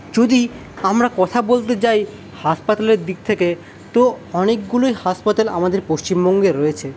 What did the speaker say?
যদি আমরা কথা বলতে যাই হাসপাতালের দিক থেকে তো অনেকগুলোই হাসপাতাল আমাদের পশ্চিমবঙ্গে রয়েছে